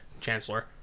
Chancellor